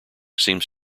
seems